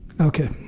Okay